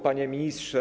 Panie Ministrze!